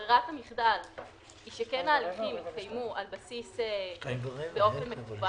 ברירת המחדל היא שההליכים יתקיימו באופן מקוון